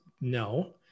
no